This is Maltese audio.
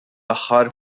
aħħar